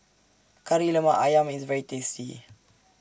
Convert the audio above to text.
Kari Lemak Ayam IS very tasty